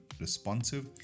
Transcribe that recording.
responsive